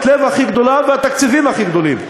הלב הכי גדולה ואת התקציבים הכי גדולים.